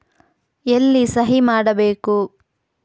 ಎಲ್ಲಿ ಸಹಿ ಮಾಡಬೇಕು?